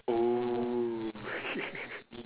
oh